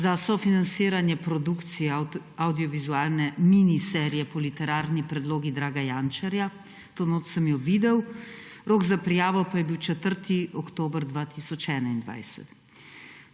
za sofinanciranje produkcije avdiovizualne miniserije po literarni predlogi Draga Jančarja – To noč sem jo videl. Rok za prijavo pa je bil 4. oktober 2021.